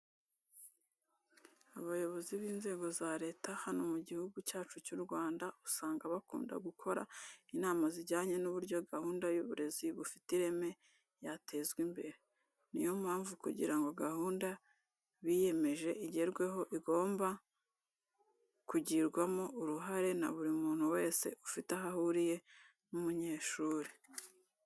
Abayobozi b'inzego za leta hano mu Gihugu cyacu cy'u Rwanda usanga bakunda gukora inama zijyanye n'uburyo gahunda y'uburezi bufite ireme yatezwa imbere. Ni yo mpamvu kugira ngo gahunda biyemeje igerweho igomba kugirwamo uruhare na buri muntu wese ufite aho ahuriye n'umunyeshuri.